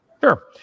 Sure